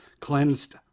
Cleansed